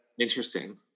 Interesting